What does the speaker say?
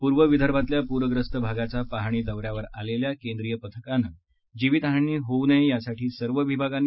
पूर्व विदर्भातल्या पूरग्रस्त भागाच्या पाहणी दौन्यावर आलेल्या केंद्रीय पथकानं जीवीत हानी होऊ नये यासाठी सर्व विभागांनी